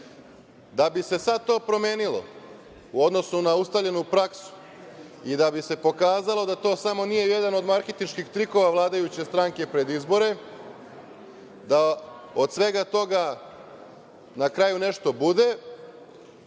da bi se sad to promenilo u odnosu na ustaljenu praksu i da bi se pokazalo da to nije samo jedan od marketinških trikova vladajuće stranke pred izbore da od svega toga na kraju nešto bude,